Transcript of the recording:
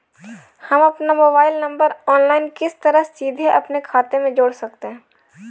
हम अपना mobile number online किस तरह सीधे अपने खाते में जोड़ सकते हैं?